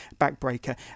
backbreaker